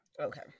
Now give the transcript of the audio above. Okay